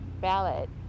ballot